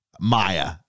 maya